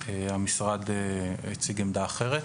המשרד הציג עמדה אחרת.